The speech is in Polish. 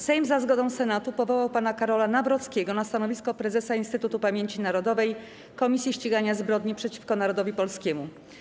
Sejm za zgodą Senatu powołał pana Karola Nawrockiego na stanowisko prezesa Instytutu Pamięci Narodowej - Komisji Ścigania Zbrodni przeciwko Narodowi Polskiemu.